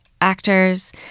actors